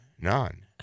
none